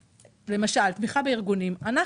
תמיכה בארגונים למשל,